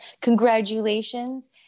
Congratulations